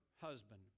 husband